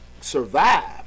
survive